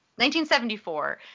1974